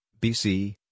BC